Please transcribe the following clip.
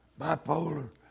Bipolar